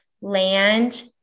land